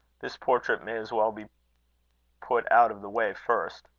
this portrait may as well be put out of the way first.